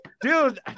dude